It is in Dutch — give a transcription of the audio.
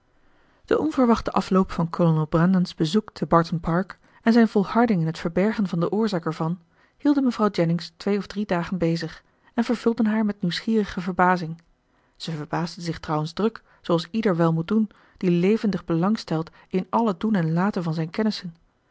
de onverwachte afloop van kolonel brandon's bezoek te barton park en zijn volharding in het verbergen van de oorzaak ervan hielden mevrouw jennings twee of drie dagen bezig en vervulden haar met nieuwsgierige verbazing zij verbaasde zich trouwens druk zooals ieder wel moet doen die levendig belangstelt in al het doen en laten van zijn kennissen